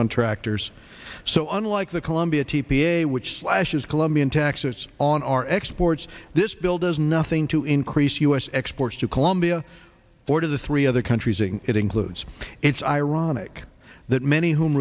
on tractors so unlike the colombia t p a which slashes colombian taxes on our exports this bill does nothing to increase u s exports to colombia or to the three other countries ng it includes it's ironic that many whom